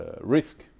risk